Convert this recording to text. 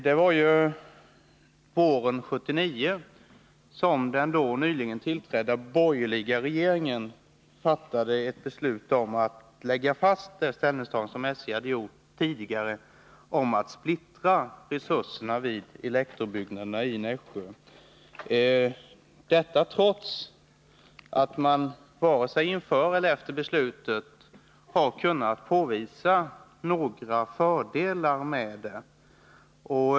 Det var ju våren 1979 som den då nyligen tillträdda borgerliga regeringen fattade ett beslut om att lägga fast det ställningstagande som SJ hade gjort tidigare om att splittra resurserna vid elektrobyggnaden i Nässjö — detta trots att man varken inför eller efter beslutet har kunnat påvisa några fördelar med det.